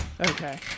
okay